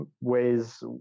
ways